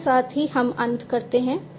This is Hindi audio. इसके साथ ही हम अंत करते हैं